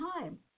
time